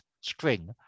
string